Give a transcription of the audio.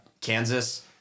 Kansas